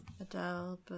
Adele